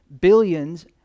billions